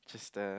it's just the